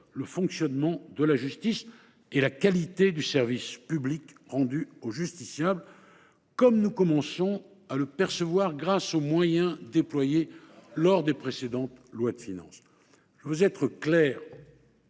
le fonctionnement de la justice et la qualité du service public rendu au justiciable, comme nous commençons à le percevoir grâce aux moyens déployés dans les précédentes lois de finances. Je veux être clair